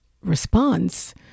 response